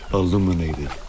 illuminated